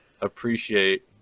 appreciate